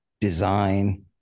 design